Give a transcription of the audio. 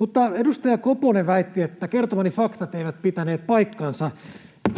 Mutta edustaja Koponen väitti, että kertomani faktat eivät pitäneet paikkaansa.